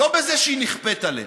לא בזה שהיא נכפית עליהם.